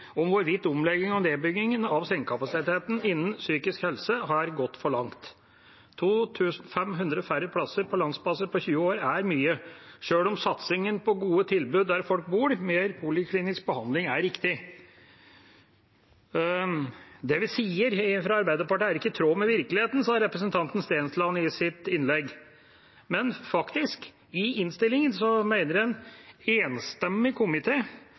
om hvorvidt omleggingen og nedbyggingen av sengekapasiteten innen psykisk helse har gått for langt. 2 500 færre plasser på landsbasis på 20 år er mye, sjøl om satsingen på gode tilbud der folk bor, med poliklinisk behandling er riktig. Det vi fra Arbeiderpartiet sier, er ikke i tråd med virkeligheten, sa representanten Stensland i sitt innlegg. Men i innstillinga mener en enstemmig komité at det som er